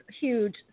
huge